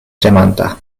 tremanta